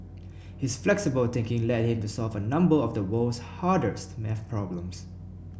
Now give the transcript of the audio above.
his flexible thinking led him to solve a number of the world's hardest maths problems